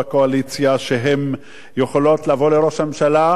שהן יכולות לבוא לראש הממשלה עם,